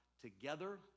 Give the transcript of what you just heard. together